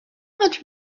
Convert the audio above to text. much